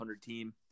team